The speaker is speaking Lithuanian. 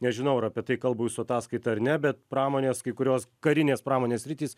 nežinau ar apie tai kalba jūsų ataskaita ar ne bet pramonės kai kurios karinės pramonės sritys